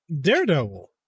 Daredevil